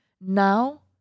Now